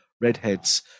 Redheads